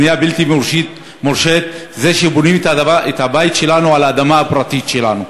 בנייה בלתי מורשית זה שבונים את הבית שלנו על האדמה הפרטית שלנו.